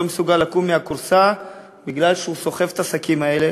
הוא לא מסוגל לקום מהכורסה בגלל שהוא סוחב את השקים האלה.